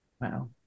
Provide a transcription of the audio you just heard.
Wow